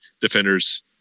defenders